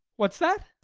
what's that?